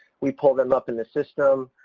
we pull them up in the system,